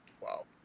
Wow